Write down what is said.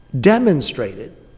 demonstrated